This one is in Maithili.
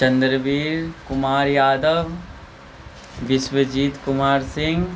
चन्द्रवीर कुमार यादव विश्वजीत कुमार सिंह